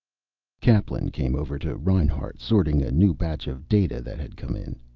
kaplan came over to reinhart, sorting a new batch of data that had come in.